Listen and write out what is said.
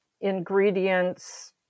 ingredients